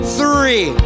three